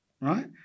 right